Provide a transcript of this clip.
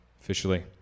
officially